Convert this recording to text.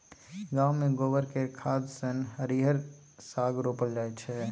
गांव मे गोबर केर खाद सँ हरिहर साग रोपल जाई छै